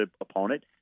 opponent